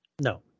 No